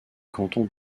canton